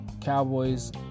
Cowboys